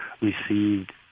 received